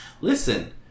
Listen